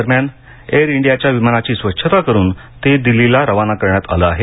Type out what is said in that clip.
दरम्यान एअर इंडियाच्या विमानाची स्वच्छता करुन ते दिल्लीला रवाना करण्यात आले आहे